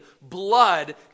Blood